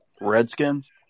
Redskins